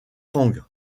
fang